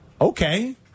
Okay